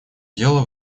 дело